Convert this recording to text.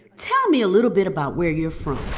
tell me a little bit about where you're from